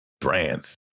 brands